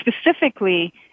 specifically